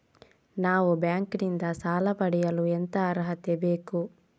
ನಾವು ಬ್ಯಾಂಕ್ ನಿಂದ ಸಾಲ ಪಡೆಯಲು ಎಂತ ಅರ್ಹತೆ ಬೇಕು?